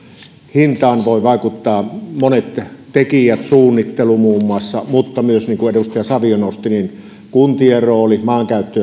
hintaan voivat vaikuttaa monet tekijät suunnittelu muun muassa mutta myös niin kuin edustaja savio nosti kuntien rooli maankäyttö